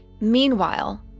Meanwhile